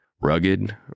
Rugged